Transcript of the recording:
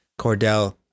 Cordell